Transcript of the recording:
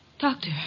Doctor